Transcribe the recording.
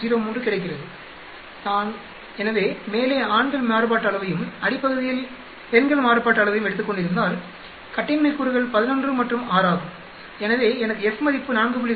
03 கிடைக்கிறது எனவே நான் மேலே ஆண்கள் மாறுபாட்டு அளவையும் அடிப்பகுதியில் பெண்கள் மாறுபாட்டு அளவையும் எடுத்துக்கொண்டிருந்தால் கட்டின்மை கூறுகள் 11 மற்றும் 6 ஆகும் எனவே எனக்கு F மதிப்பு 4